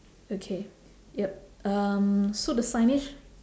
okay yup um so the signage